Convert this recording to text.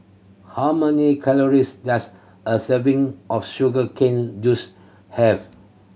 how many calories does a serving of sugar cane juice have